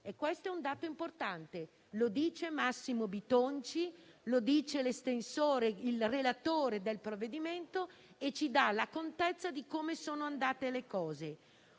Questo è un dato importante, lo dice Massimo Bitonci, lo dice il relatore del provvedimento, che ci dà contezza di come sono andate le cose.